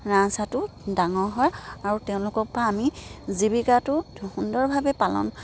ৰাজহাঁহটো ডাঙৰ হয় আৰু তেওঁলোকৰ পৰা আমি জীৱিকাটো সুন্দৰভাৱে পালন